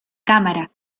cámara